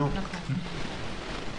נכון.